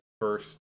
first